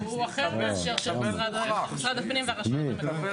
אחר משל משרד הפנים והרשויות המקומיות.